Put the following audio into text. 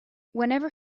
whenever